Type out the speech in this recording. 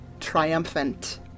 triumphant